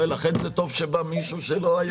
לכן זה טוב שבא מישהו שלא היה.